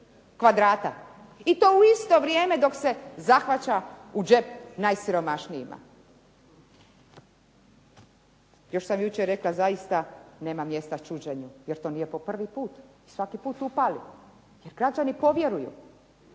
kvadrata i to u isto vrijeme dok se zahvaća u džep najsiromašnijima. Još sam jučer rekla zaista nema mjesta čuđenju, jer to nije prvi put. Svaki put upali, jer građani povjeruju.